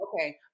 okay